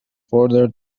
further